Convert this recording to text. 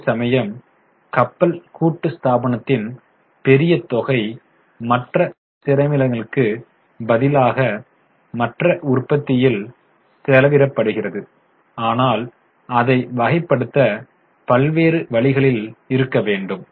அதேசமயம் கப்பல் கூட்டு ஸ்தாபனத்தின் பெரிய தொகை மற்ற செலவினங்களுக்கு பதிலாக மற்ற உற்பத்தியில் செலவிடப்படுகிறது ஆனால் அதை வகைப்படுத்த பல்வேறு வழிகளில் இருக்க வேண்டும்